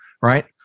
right